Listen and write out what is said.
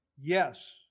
Yes